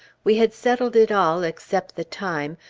we had settled it all, except the time,